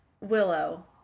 Willow